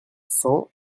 cents